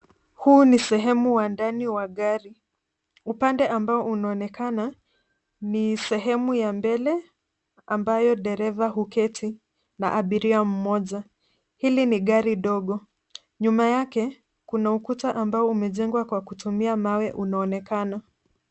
Huu ni sehemu wa ndani wa gari upande ambao unaonekana ni sehemu ya mbele ambayo dereva huketi na abiria mmoja, hili ni gari dogo nyuma yake kuna ukuta ambao umejengwa kwa kutumia mawe unaonekana.